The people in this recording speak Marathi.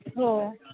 हो